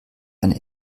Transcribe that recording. eine